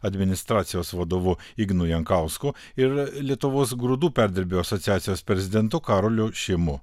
administracijos vadovu ignu jankausku ir lietuvos grūdų perdirbėjų asociacijos prezidentu karoliu šimu